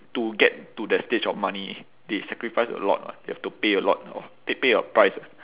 to get to the stage of money they sacrifice a lot lah they have to pay a lot lor they pay a price